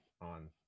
on